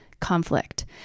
conflict